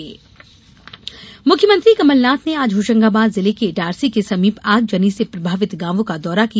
कमलनाथ दौरा मुख्यमंत्री कमलनाथ ने आज होशंगाबाद जिले के इटारसी के समीप आगजनी से प्रभावित गांवों का दौरा किया